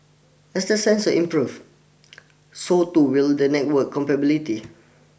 as the sensor improve so too will the network